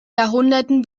jahrhunderten